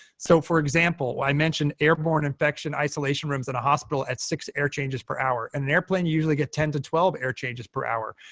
so for example, when i mentioned airborne infection isolation rooms at a hospital had six air changes per hour. in an airplane, you usually get ten to twelve air changes per hour.